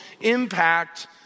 impact